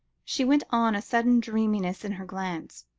she went on, a sudden dreaminess in her glance.